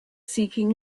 seeking